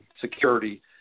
security